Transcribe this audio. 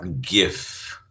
gift